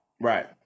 Right